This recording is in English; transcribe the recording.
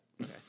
Okay